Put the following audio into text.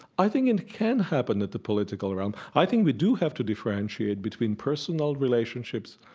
i think it can happen at the political realm. i think we do have to differentiate between personal relationships,